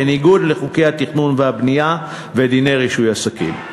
בניגוד לחוקי התכנון והבנייה ודיני רישוי עסקים.